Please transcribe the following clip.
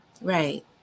Right